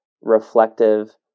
reflective